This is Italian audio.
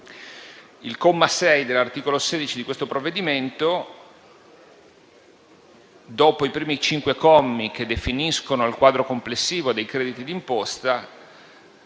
Il comma 6 dell'articolo 16 di questo provvedimento, dopo i primi cinque commi che definiscono il quadro complessivo dei crediti d'imposta,